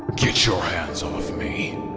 get your hands off me!